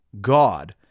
God